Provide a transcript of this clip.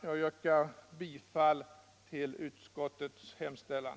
Jag yrkar bifall till utskottets hemställan.